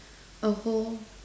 a whole